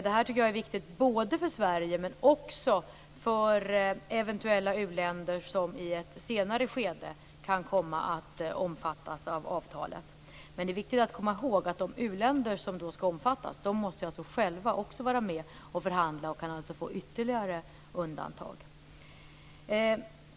Detta tycker jag är viktigt för Sverige men också för eventuella uländer som i ett senare skede kan komma att omfattas av avtalet. Men det är viktigt att komma ihåg att de uländer som då skall omfattas måste själva också vara med och förhandla och kan alltså få ytterligare undantag.